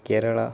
Kerala